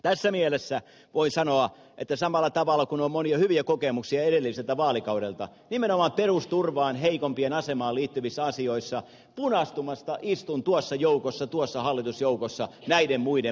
tässä mielessä voin sanoa että samalla tavalla kuin on monia hyviä kokemuksia edelliseltä vaalikaudelta nimenomaan perusturvaan heikompien asemaan liittyvissä asioissa punastumatta istun tuossa hallitusjoukossa näiden muiden puolueiden kanssa